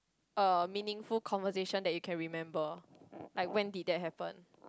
a meaningful conversation that you can remember like when did that happen